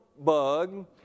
bug